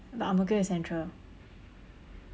but ang-mo-kio is central